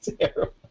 terrible